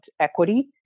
equity